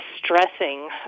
distressing